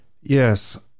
Yes